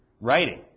Writing